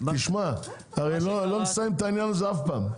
תשמע, אנחנו לא נסיים את העניין הזה אף פעם.